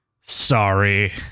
Sorry